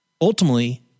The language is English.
ultimately